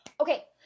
okay